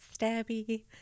stabby